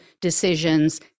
decisions